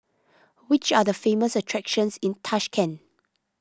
which are the famous attractions in Tashkent